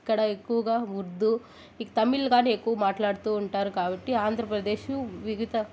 ఇక్కడ ఎక్కువగా ఉర్దూ ఈ తమిళ్ కానీ ఎక్కువ మాట్లాడుతూ ఉంటారు కాబట్టి ఆంధ్రప్రదేశు వివిధ